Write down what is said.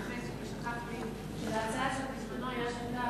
שכחתי לציין שלהצעה הזאת בזמנה היה שותף